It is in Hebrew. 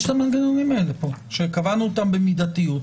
יש פה את המנגנונים האלה שקבענו אותם במידתיות.